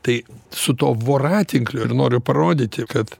tai su tuo voratinkliu ir noriu parodyti kad